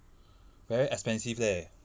very expensive leh